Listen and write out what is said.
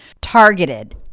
targeted